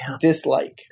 Dislike